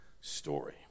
story